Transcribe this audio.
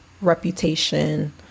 reputation